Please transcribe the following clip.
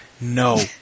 No